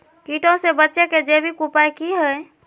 कीटों से बचे के जैविक उपाय की हैय?